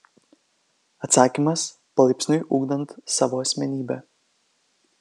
atsakymas palaipsniui ugdant savo asmenybę